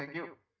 ah you